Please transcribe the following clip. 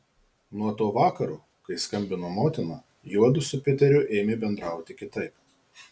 nuo to vakaro kai skambino motina juodu su piteriu ėmė bendrauti kitaip